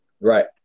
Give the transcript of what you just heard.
right